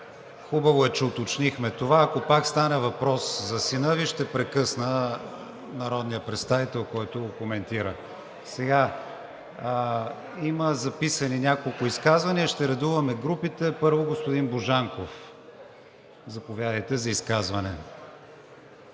Хубаво е, че уточнихме това. Ако пак стане въпрос за сина Ви, ще прекъсна народния представител, който го коментира. Има записани няколко изказвания. Ще редуваме групите. Първо господин Божанков – заповядайте за изказване.